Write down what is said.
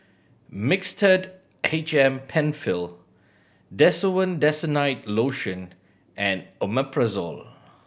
Mixtard H M Penfill Desowen Desonide Lotion and Omeprazole